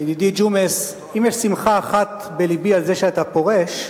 ג'ומס, אם יש שמחה אחת בלבי על זה שאתה פורש,